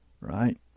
right